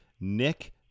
Nick